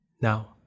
now